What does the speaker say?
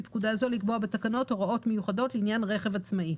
פקודה זו לקבוע בתקנות הוראות מיוחדות לעניין רכב עצמאי.